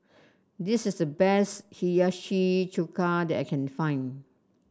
this is the best Hiyashi Chuka that I can find